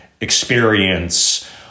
experience